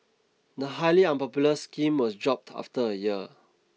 the highly unpopular scheme was dropped after a year